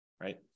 right